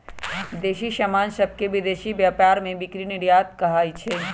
देसी समान सभके विदेशी व्यापार में बिक्री निर्यात कहाइ छै